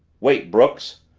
wait, brooks!